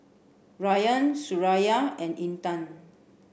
Ryan Suraya and Intan